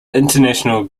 international